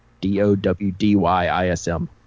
D-O-W-D-Y-I-S-M